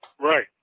right